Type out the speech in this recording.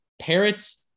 parrots